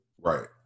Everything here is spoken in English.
Right